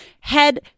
head